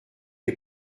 les